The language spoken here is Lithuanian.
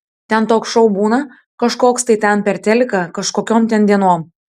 ten toks šou būna kažkoks tai ten per teliką kažkokiom ten dienom